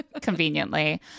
conveniently